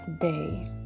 Day